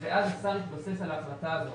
אז אפשר להתבסס על ההחלטה הזאת